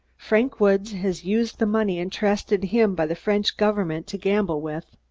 frank woods has used the money entrusted him by the french government to gamble with.